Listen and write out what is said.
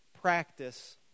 Practice